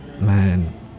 man